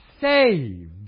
saved